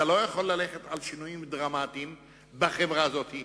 אתה לא יכול ללכת על שינויים דרמטיים בחברה הזאת.